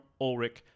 Ulrich